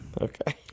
okay